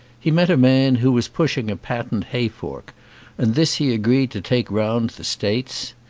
he met a man who was pushing a patent hay-fork and this he agreed to take round the states.